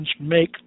make